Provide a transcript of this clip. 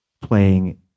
playing